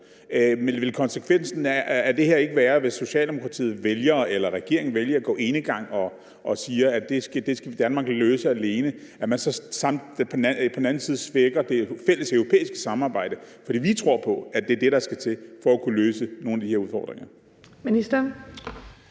Men vil konsekvensen af det her ikke være, hvis Socialdemokratiet eller regeringen vælger at gå enegang og siger, at det skal Danmark løse alene, at man svækker det fælleseuropæiske samarbejde? Vi tror på, at det er det, der skal til for at kunne løse nogle af de her udfordringer.